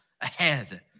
ahead